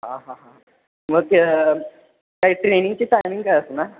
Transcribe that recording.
हां हां हां मग काय ट्रेनिंगची टायमिंग काय असणार